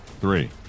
Three